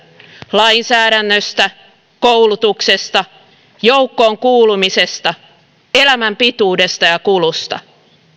lainsäädännöstä koulutuksesta joukkoon kuulumisesta elämän pituudesta ja kulusta